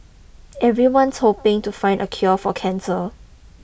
everyone's hoping to find a cure for cancer